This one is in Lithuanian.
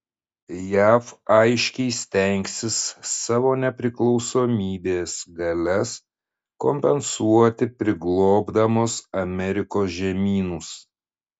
jav aiškiai stengsis savo nepriklausomybės galias kompensuoti priglobdamos amerikos žemynus